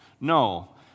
No